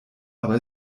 aber